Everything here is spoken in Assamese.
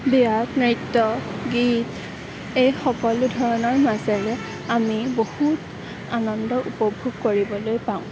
বিয়াক নৃত্য গীত এই সকলো ধৰণৰ মাজেৰে আমি বহুত আনন্দ উপভোগ কৰিবলৈ পাওঁ